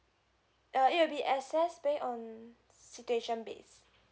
err it would be excess pay on situation based